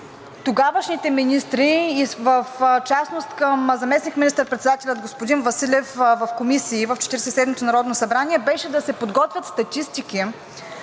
тогавашните министри и в частност към заместник министър-председателя господин Василев в комисии в Четиридесет и седмото народно събрание, бяха да се подготвят статистики